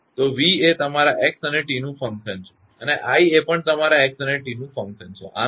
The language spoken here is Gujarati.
તો v એ તમારા x અને t નું ફંક્શન છે અને i એ પણ તમારા x અને t નું ફંક્શન છે આનો અર્થ એ છે